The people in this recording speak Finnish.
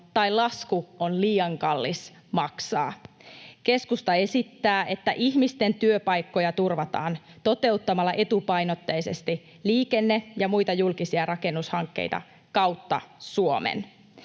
tai lasku on liian kallis maksaa. Keskusta esittää, että ihmisten työpaikkoja turvataan toteuttamalla etupainotteisesti liikenne- ja muita julkisia rakennushankkeita kautta Suomen.